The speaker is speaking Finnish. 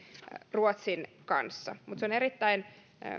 ruotsin kanssa mutta se on erittäin